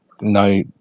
no